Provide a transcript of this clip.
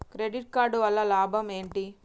Credit card వల్ల లాభం ఏంటి?